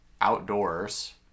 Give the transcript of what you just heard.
outdoors